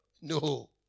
No